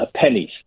pennies